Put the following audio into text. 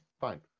fine